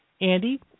Andy